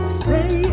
stay